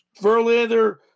Verlander